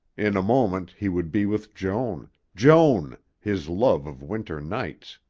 in a moment he would be with joan joan, his love of winter nights!